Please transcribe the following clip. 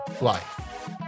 life